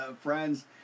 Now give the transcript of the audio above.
Friends